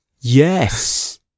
Yes